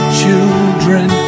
children